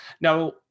now